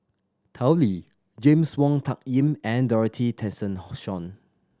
Tao Li James Wong Tuck Yim and Dorothy Tessensohn